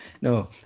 no